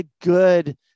good